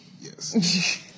Yes